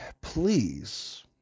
please